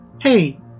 Hey